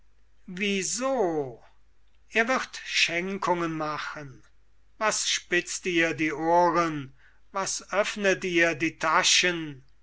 so er wird schenkungen machen was spitzt ihr die ohren was öffnet ihr die taschen